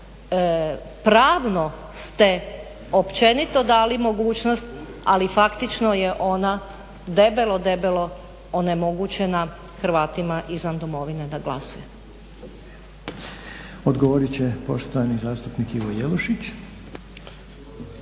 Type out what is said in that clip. pravno ste općenito dali mogućnost ali faktično je ona debelo, debelo onemogućena Hrvatima izvan domovine da glasuje.